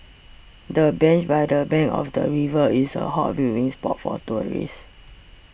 the bench by the bank of the river is a hot viewing spot for tourists